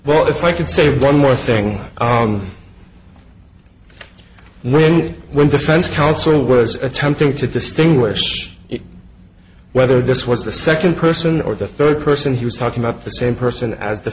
well if i could say one more thing on knowing when defense counsel was attempting to distinguish whether this was the second person or the third person he was talking about the same person a